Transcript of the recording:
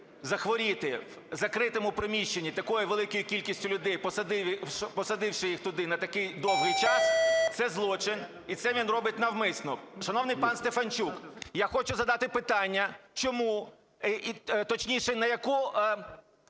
захворіти в закритому приміщенні такої великої кількості людей, посадивши їх туди на такий довгий час, – це злочин. І це він робить навмисно. Шановний пан Стефанчук, я хочу задати питання, чому… точніше, на який